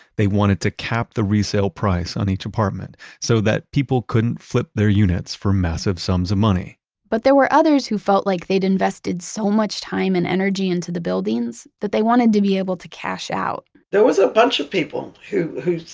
they wanted to cap the resale price on each apartment so that people couldn't flip their units for massive sums of money but there were others who felt like they'd invested so much time and energy into the buildings that they wanted to be able to cash out there was a bunch of people who,